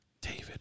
David